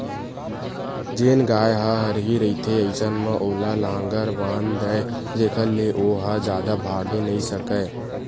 जेन गाय ह हरही रहिथे अइसन म ओला लांहगर बांध दय जेखर ले ओहा जादा भागे नइ सकय